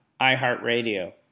iHeartRadio